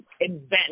invent